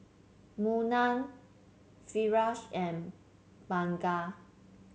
Munah Firash and Bunga